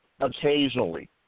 Occasionally